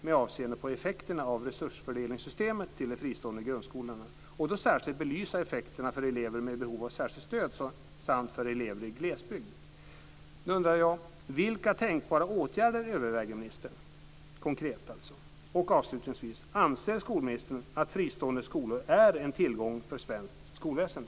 med avseende på effekterna av resursfördelningssystemet vad gäller de fristående grundskolorna och vill då särskilt belysa effekterna för elever med behov av särskilt stöd samt för elever i glesbygd. Nu undrar jag vilka tänkbara konkreta åtgärder ministern överväger. Avslutningsvis: Anser skolministern att fristående skolor är en tillgång för svenskt skolväsende?